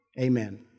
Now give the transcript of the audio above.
Amen